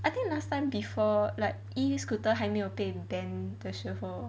I think last time before like e-scooter 还没有被 ban 的时候